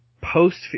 post